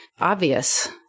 obvious